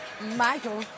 Michael